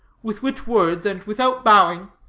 with which words, and without bowing,